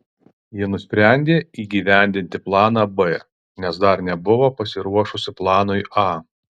ji nusprendė įgyvendinti planą b nes dar nebuvo pasiruošusi planui a